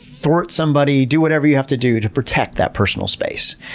thwart somebody, do whatever you have to do to protect that personal space.